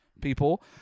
people